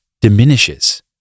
diminishes